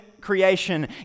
creation